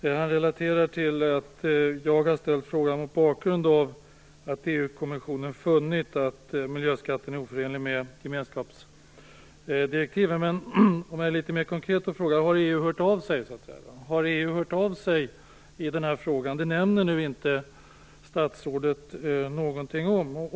Statsrådet relaterar till att jag har frågat mot bakgrund av att EU-kommissionen funnit att miljöskatten är oförenlig med gemenskapsdirektiv på punktskatteområdet. För att vara litet mera konkret frågar jag då: Har EU hört av sig i den här frågan? Statsrådet nämner inte något om det.